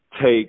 take